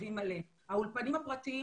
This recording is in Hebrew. האולפנים הפרטיים,